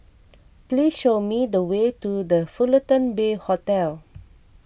please show me the way to the Fullerton Bay Hotel